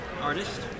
artist